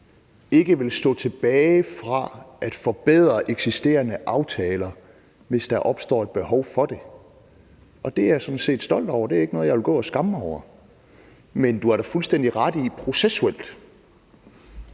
ikke vil afstå fra at forbedre eksisterende aftaler, hvis der opstår et behov for det. Det er jeg sådan set stolt over. Det er ikke noget, jeg vil gå og skamme mig over. Men du har da fuldstændig ret i, at det processuelt